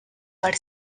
per